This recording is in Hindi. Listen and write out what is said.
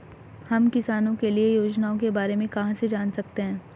हम किसानों के लिए योजनाओं के बारे में कहाँ से जान सकते हैं?